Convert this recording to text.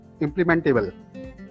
implementable